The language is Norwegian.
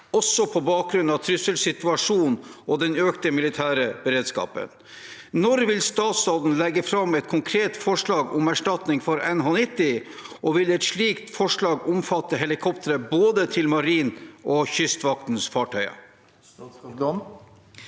også på bakgrunn av trusselsituasjonen og den økte militære beredskapen. Når vil statsråden legge fram et konkret forslag om erstatning for NH90, og vil et slikt forslag omfatte helikoptre til både Marinens og Kystvaktens fartøyer?»